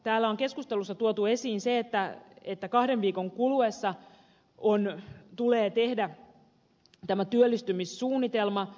täällä on keskustelussa tuotu esiin se että kahden viikon kuluessa tulee tehdä tämä työllistymissuunnitelma